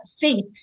faith